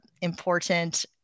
important